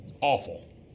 Awful